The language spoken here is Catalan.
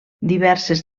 diverses